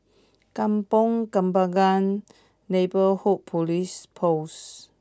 Kampong Kembangan Neighbourhood Police Post